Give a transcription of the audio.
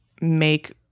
make